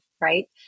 right